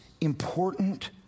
important